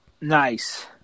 Nice